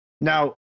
Now